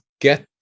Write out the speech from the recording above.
get